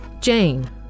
Jane